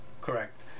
Correct